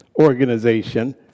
organization